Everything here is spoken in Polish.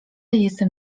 jestem